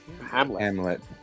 Hamlet